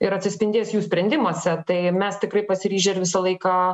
ir atsispindės jų sprendimuose tai mes tikrai pasiryžę ir visą laiką